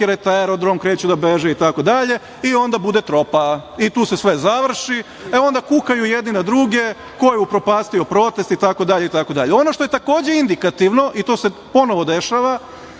blokirajte aerodrom, kreću da beže itd, i onda bude tropa i tu se sve završi, onda kukaju jedni na druge, ko je upropastio protest itd, itd. Ono što je, takođe, indikativno, i to se ponovo dešava